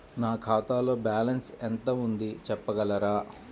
నా ఖాతాలో బ్యాలన్స్ ఎంత ఉంది చెప్పగలరా?